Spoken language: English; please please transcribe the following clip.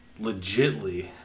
Legitly